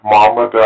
Mama